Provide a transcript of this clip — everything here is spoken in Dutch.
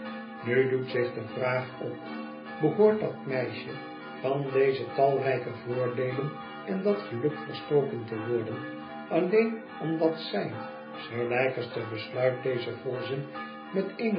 nu doet zich de vraag op behoort dat meisje van deze talrijke voordeden en dat geluk verstoken te worden alleen omdat zij sir leicester besluit dezen volzin met